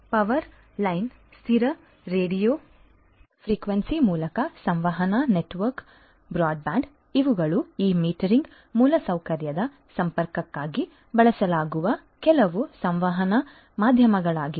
ಆದ್ದರಿಂದ power line ಸ್ಥಿರ radio frequency ಮೂಲಕ ಸಂವಹನ ನೆಟ್ವರ್ಕ್ ಬ್ರಾಡ್ಬ್ಯಾಂಡ್ ಇವುಗಳು ಈ ಮೀಟರಿಂಗ್ ಮೂಲಸೌಕರ್ಯದ ಸಂಪರ್ಕಕ್ಕಾಗಿ ಬಳಸಲಾಗುವ ಕೆಲವು ಸಂವಹನ ಮಾಧ್ಯಮಗಳಾಗಿವೆ